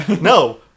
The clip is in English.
No